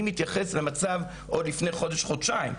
אני מתייחס למצב עוד לפני חודש-חודשיים.